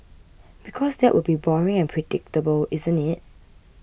because that will be boring and predictable isn't it